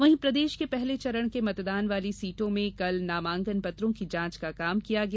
वहीं प्रदेश के पहले चरण के मतदान वाली सीटों में कल नामांकन पत्रों की जांच का काम किया गया